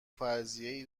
فرضیهای